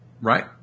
right